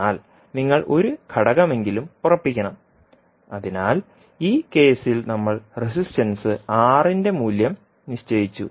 എന്നാൽ നിങ്ങൾ ഒരു ഘടകമെങ്കിലും ഉറപ്പിക്കണം അതിനാൽ ഈ കേസിൽ നമ്മൾ റെസിസ്റ്റൻസ് ആർന്റെ മൂല്യം നിശ്ചയിച്ചു